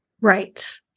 Right